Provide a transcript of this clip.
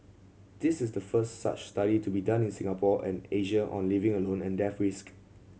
this is the first such study to be done in Singapore and Asia on living alone and death risk